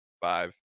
Five